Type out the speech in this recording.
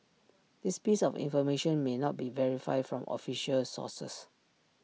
this piece of information may not be verified from official sources